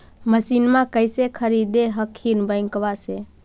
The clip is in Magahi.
मसिनमा कैसे खरीदे हखिन बैंकबा से?